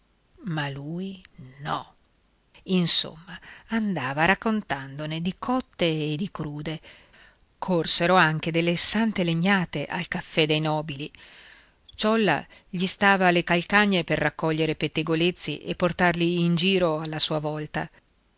ma lui no insomma andava raccontandone di cotte e di crude corsero anche delle sante legnate al caffè dei nobili ciolla gli stava alle calcagna per raccogliere i pettegolezzi e portarli in giro alla sua volta